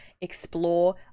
explore